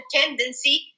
tendency